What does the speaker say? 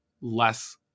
less